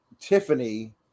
Tiffany